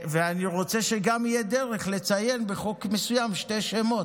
אני רוצה שגם תהיה דרך לציין בחוק מסוים שני שמות,